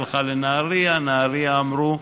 היא הלכה לנהריה, בנהריה אמרו: